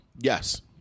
Yes